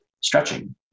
stretching